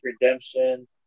Redemption